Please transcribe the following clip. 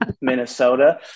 Minnesota